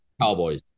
Cowboys